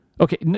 Okay